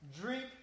drink